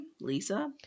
Lisa